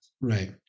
Right